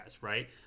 right